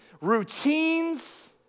routines